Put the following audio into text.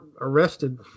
arrested